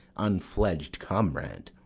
unfledg'd comrade.